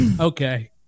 Okay